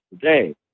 today